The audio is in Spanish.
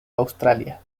australia